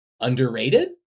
underrated